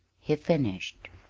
he finished.